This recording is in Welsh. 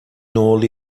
nol